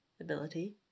Ability